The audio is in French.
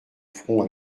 front